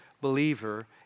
believer